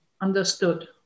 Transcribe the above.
understood